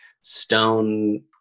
stone